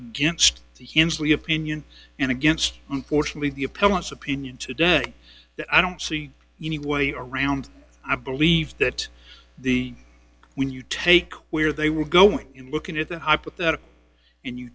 against him to the opinion in against unfortunately the appellant's opinion today that i don't see any way around i believe that the when you take where they were going in looking at the hypothetical and you